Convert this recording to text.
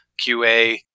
QA